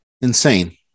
Insane